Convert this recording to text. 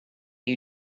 you